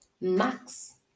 max